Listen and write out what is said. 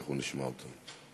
אנחנו נשמע אותן.